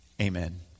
Amen